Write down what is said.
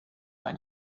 ein